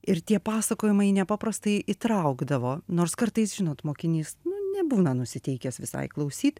ir tie pasakojimai nepaprastai įtraukdavo nors kartais žinot mokinys nu nebūna nusiteikęs visai klausyt